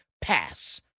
pass